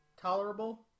tolerable